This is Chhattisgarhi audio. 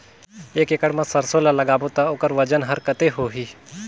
एक एकड़ मा सरसो ला लगाबो ता ओकर वजन हर कते होही?